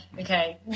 okay